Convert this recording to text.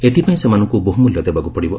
ଏଥିପାଇଁ ସେମାନଙ୍କୁ ବହୁ ମୂଲ୍ୟ ଦେବାକୁ ପଡ଼ିବ